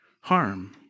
harm